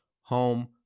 home